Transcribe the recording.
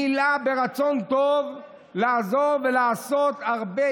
מלא ברצון טוב לעזור ולעשות הרבה,